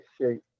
shape